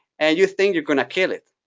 and you think you're going to kill it.